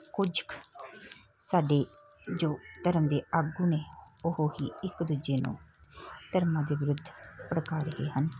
ਕੁਝ ਕੁ ਸਾਡੇ ਜੋ ਧਰਮ ਦੇ ਆਗੂ ਨੇ ਉਹ ਹੀ ਇੱਕ ਦੂਜੇ ਨੂੰ ਧਰਮਾਂ ਦੇ ਵਿਰੁੱਧ ਭੜਕਾ ਰਹੇ ਹਨ